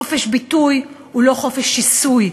חופש ביטוי הוא לא חופש שיסוי,